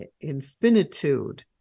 infinitude